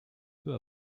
peu